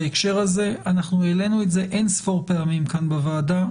בהקשר הזה אנחנו העלינו אינספור פעמים כאן בוועדה,